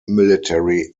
military